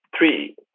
Three